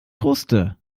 kruste